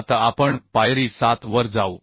आता आपण पायरी 7 वर जाऊ